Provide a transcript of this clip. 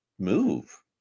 move